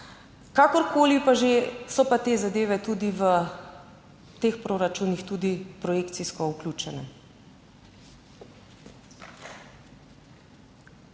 Kakorkoli pa že, so pa te zadeve tudi v teh proračunih tudi projekcijsko vključene.